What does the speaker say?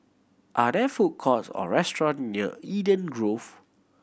are there food courts or restaurant near Eden Grove